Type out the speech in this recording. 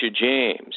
James